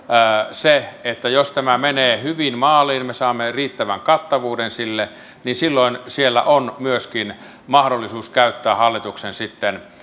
se että jos tämä menee hyvin maaliin ja me saamme sille riittävän kattavuuden niin silloin siellä on myöskin mahdollisuus hallituksen käyttää